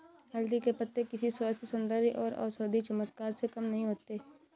हल्दी के पत्ते किसी स्वास्थ्य, सौंदर्य और औषधीय चमत्कार से कम नहीं होते